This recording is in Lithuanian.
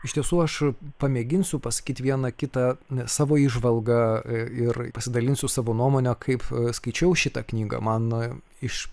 iš tiesų aš pamėginsiu pasakyti vieną kitą savo įžvalgą ir pasidalinsiu savo nuomone kaip skaičiau šitą knygą man iš